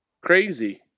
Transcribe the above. Crazy